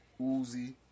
Uzi